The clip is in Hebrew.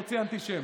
לא ציינתי שם.